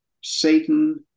Satan